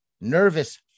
Nervous